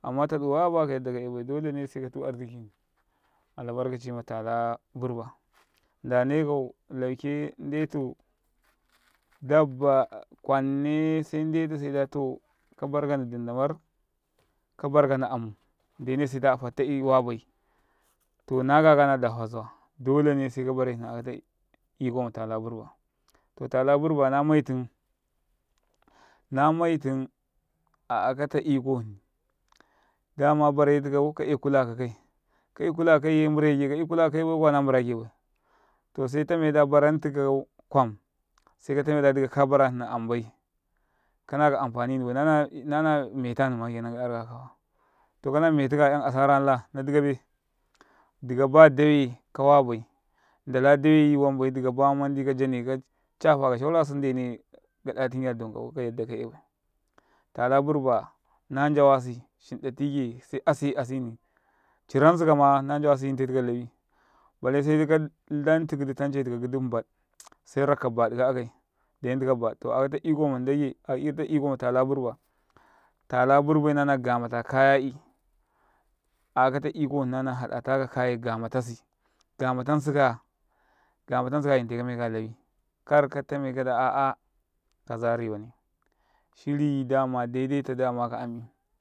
﻿Kawabaya kayaɗɗa ka yaibai ɗolene se katu arꙁikini albarkaci matala burba ndane kau lauke nɗeɗu dabba kwane se ndetu saida kabarkanni dindam abarkanamu nene sea fattai wabi to nakaya adafa zawa dolene se kabare hni akata ikomatala namaitin a'akata iko hni dama bare tikau ka e kulawa kakai ka'yukulawa ka kaiye mbureke ka ya kulawa ka kaibai kuwa na mburake bai. To se tameda baran tika kwam se katameda dika ka bara hni ambai kana ka amfani ni ba nana metanima ka 'yarika kawaya to kana metika 'yan asara nala na dakabe dikaba dawe kawabai ndala dawayi wanbai dika ba mandi kajaneka cafa kasaurasu ndene ɡadatinka donkau kayadda kayadda 'yaibai tala burba na njawasi shinɗatike se ase asini ciran sikama na njawasi yintetika kalawi bare se kalantu tance tika gidi mbaɗ to akata iko dayake matala burba tala burba nana gamata hada taka kayai ga matasi ga matan siyako gamatan sika yilaka menka lawi karka katame kada aa kaza riwane shiri da ma daidaita dama kaami.